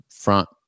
front